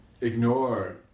ignore